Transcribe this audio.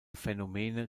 phänomene